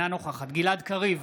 אינה נוכחת גלעד קריב,